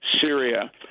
Syria